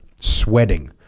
Sweating